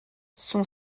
son